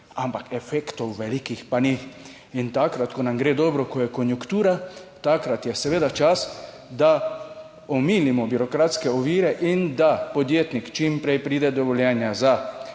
ampak efektov velikih pa ni. In takrat, ko nam gre dobro, ko je konjunktura, takrat je seveda čas, da omilimo birokratske ovire in da podjetnik čim prej pride do dovoljenja za gradnjo